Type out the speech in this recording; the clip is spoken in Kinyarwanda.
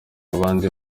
abandi